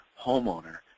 homeowner